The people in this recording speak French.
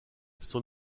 son